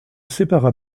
sépara